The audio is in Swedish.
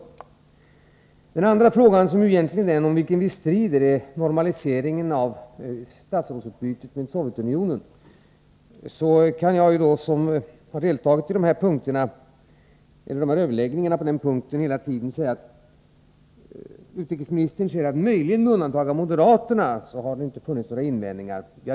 Beträffande den andra frågan, som egentligen är den om vilken vi strider, nämligen normaliseringen av statsrådsutbytet med Sovjetunionen, så har jag hela tiden deltagit i överläggningarna på den punkten. Utrikesministern säger att det inte har framförts några invändningar mot regeringens agerande från de övriga partierna, möjligen med undantag av moderaterna.